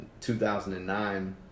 2009